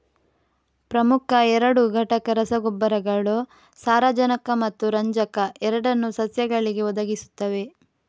ಪ್ರಮುಖ ಎರಡು ಘಟಕ ರಸಗೊಬ್ಬರಗಳು ಸಾರಜನಕ ಮತ್ತು ರಂಜಕ ಎರಡನ್ನೂ ಸಸ್ಯಗಳಿಗೆ ಒದಗಿಸುತ್ತವೆ